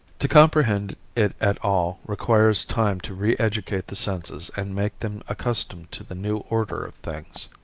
to comprehend it at all requires time to re-educate the senses and make them accustomed to the new order of things.